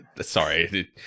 sorry